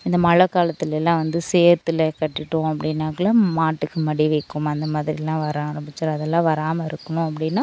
இந்த மழை காலத்துலலாம் வந்து சேற்றுல கட்டிட்டோம் அப்படின்னாக்குல மாட்டுக்கு மடி வீக்கம் அந்தமாதிரிலாம் வர ஆரம்பிச்சிடும் அது எல்லாம் வராமல் இருக்கணும் அப்படின்னால்